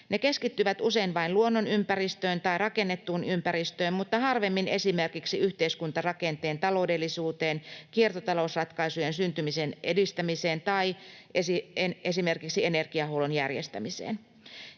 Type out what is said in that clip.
Ne keskittyvät usein vain luonnonympäristöön tai rakennettuun ympäristöön, mutta harvemmin esimerkiksi yhteiskuntarakenteen taloudellisuuteen, kiertotalousratkaisujen syntymisen edistämiseen tai esimerkiksi energiahuollon järjestämiseen.